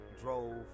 drove